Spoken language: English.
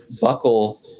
buckle